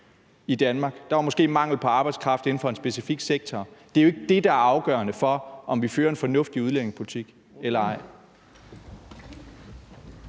i Danmark – der var måske mangel på arbejdskraft inden for en specifik sektor. Det er jo ikke det, der er afgørende for, om vi fører en fornuftig udlændingepolitik eller ej.